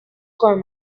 con